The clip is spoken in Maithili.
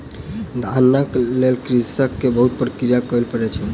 धानक लेल कृषक के बहुत प्रक्रिया करय पड़ै छै